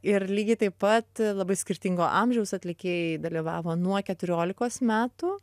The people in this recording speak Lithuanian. ir lygiai taip pat labai skirtingo amžiaus atlikėjai dalyvavo nuo keturiolikos metų